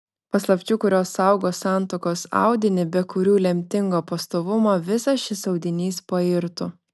paslapčių kurios saugo santuokos audinį be kurių lemtingo pastovumo visas šis audinys pairtų